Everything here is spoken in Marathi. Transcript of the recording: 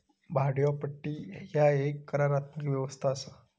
भाड्योपट्टी ह्या एक करारात्मक व्यवस्था असा